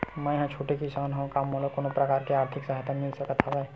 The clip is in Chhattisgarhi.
मै ह छोटे किसान हंव का मोला कोनो प्रकार के आर्थिक सहायता मिल सकत हवय?